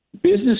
Business